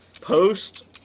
Post